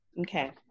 Okay